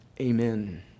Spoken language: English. Amen